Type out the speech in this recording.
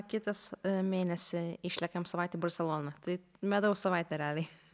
kitas mėnesį išlekiam savaitę į barseloną tai medaus savaitė realiai